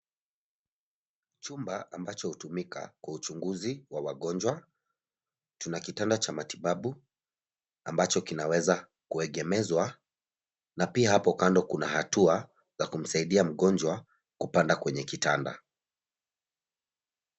Chumba ambacho hutumika kwa uchunguzi wa wagonjwa. Tuna kitanda cha matibabu ambacho kinaweza kuegemezwa na pia hapo kando kuna hatua za kumsaidia mgonjwa kupanda kwenye kitanda.